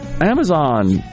Amazon